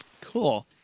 Cool